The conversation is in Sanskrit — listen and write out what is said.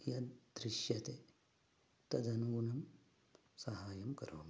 यद् दृश्यते तदनुगुणं सहायं करोमि